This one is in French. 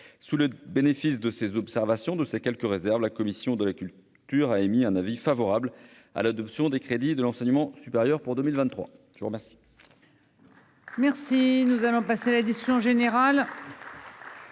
Sous le bénéfice de ces observations et malgré ces quelques réserves, la commission de la culture a émis un avis favorable sur l'adoption des crédits de l'enseignement supérieur pour 2023. Dans la suite